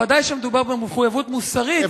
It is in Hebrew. ודאי שמדובר במחויבות מוסרית,